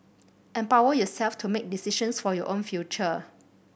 empower yourself to make decisions for your own future